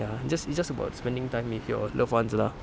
ya it's just it's just about spending time with your loved ones lah